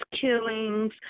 killings